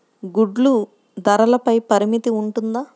గుడ్లు ధరల పై పరిమితి ఉంటుందా?